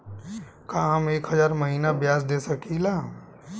का हम एक हज़ार महीना ब्याज दे सकील?